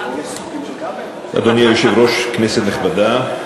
אדוני היושב-ראש, כנסת נכבדה,